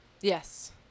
Yes